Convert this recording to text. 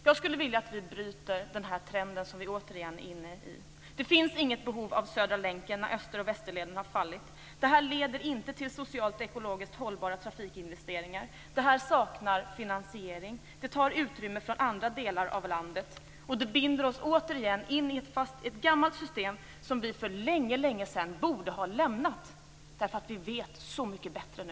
Jag skulle vilja att vi kunde bryta den trend som vi återigen är inne i. Det finns inget behov av Södra länken när Österleden och Västerleden har fallit. Det här leder inte till socialt och ekologiskt hållbara trafikinvesteringar. Det här saknar finansiering och tar utrymme från andra delar av landet. Och det här binder oss återigen i ett gammalt system som vi för länge sedan borde ha lämnat. Vi vet ju så mycket bättre nu.